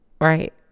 right